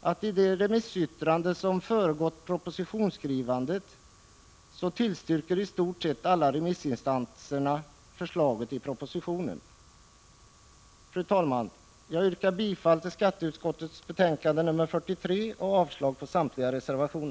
att i de remissyttranden som föregått propositionsskrivandet så tillstyrkte i stort sett alla remissinstanser förslagen i propositionen. Fru talman! Jag yrkar bifall till skatteutskottets betänkande nr 43 och avslag på samtliga reservationer.